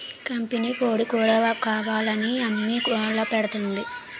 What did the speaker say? కంపినీకోడీ కూరకావాలని అమ్మి గోలపెడతాంది